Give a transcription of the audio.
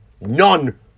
None